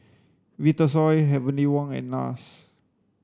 Vitasoy Heavenly Wang and NARS